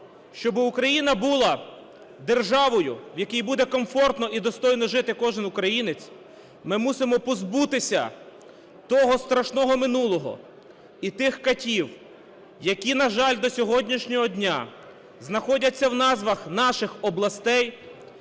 щоби Україна була державою, в якій буде комфортно і достойно жити кожен українець, ми мусимо позбутися того страшного минулого і тих катів, які, на жаль, до сьогоднішнього дня знаходяться в назвах наших областей: